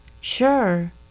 Sure